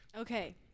Okay